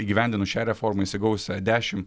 įgyvendinus šią reformą jisai gaus dešim